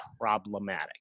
problematic